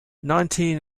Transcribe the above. nineteen